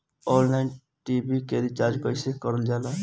Online TV के recharge कईसे करल जाला?